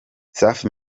safi